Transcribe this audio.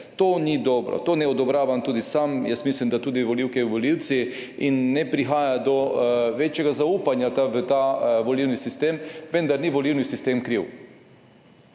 To ni dobro. To ne odobravam tudi sam. Jaz mislim, da tudi volivke in volivci. In ne prihaja do večjega zaupanja v ta volilni sistem, vendar ni volilni sistem kriv.